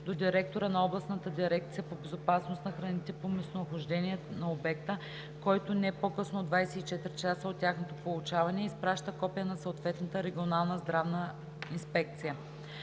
до директора на областната дирекция по безопасност на храните по местонахождение на обекта, който не по-късно от 24 часа от тяхното получаване изпраща копие на съответната регионална здравна инспекция.